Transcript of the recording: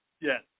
Yes